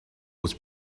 was